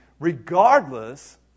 regardless